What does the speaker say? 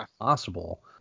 possible